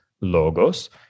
logos